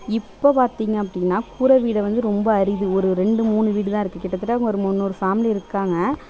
இப்போது பார்த்திங்க அப்படினால் கூரை வீடு வந்து ரொம்ப அறிது ஒரு ரெண்டு மூணு வீடுதான் இருக்குது கிட்டதட்ட ஒரு முந்நூறு ஃபேமிலி இருக்காங்க